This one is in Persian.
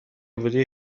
بودی